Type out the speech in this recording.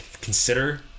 consider